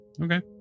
Okay